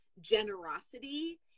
generosity